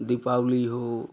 दीपावली हो